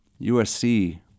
USC